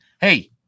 hey